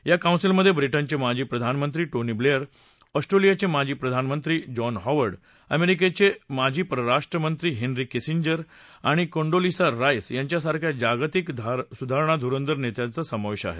या कौन्सिलमधे ब्रिटनचे माजी प्रधानमंत्री टोनी ब्लेअर ऑस्ट्रेलियाचे माजी प्रधानमंत्र जॉन हॉवर्ड अमेरिकेचे माजी परराष्ट्रमंत्री हेन्री किसिंजर आणि कोंडोलिझा राईस यांच्यासारख्या जागतिक राजकारण धुरंधर नेत्यांचा समावेश आहे